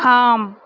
ஆம்